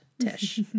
tish